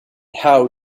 how